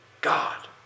God